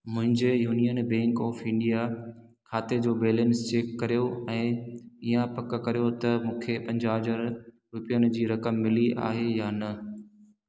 मुंहिंजे union bank of India खाते जो बैलेंस चेक करियो ऐं इहा पक करियो त मूंखे पंजाह हजार रुपियनि जी रक़म मिली आहे या न